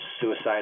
suicide